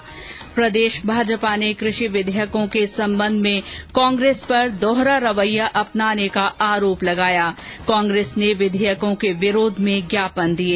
्र प्रदेश भाजपा ने कृषि विधेयकों के सम्बन्ध में कांग्रेस पर दोहरा रवैया अपनाने का आरोप लगया कांग्रेस ने विधेयकों के विरोध में ज्ञापन दिये